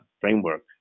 Framework